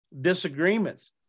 disagreements